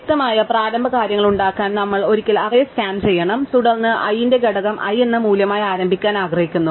വ്യക്തമായും പ്രാരംഭ കാര്യങ്ങൾ ഉണ്ടാക്കാൻ നമ്മൾ ഒരിക്കൽ അറേ സ്കാൻ ചെയ്യണം തുടർന്ന് I ന്റെ ഘടകം I എന്ന മൂല്യമായി ആരംഭിക്കാൻ ഞങ്ങൾ ആഗ്രഹിക്കുന്നു